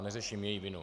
Neřeším její vinu.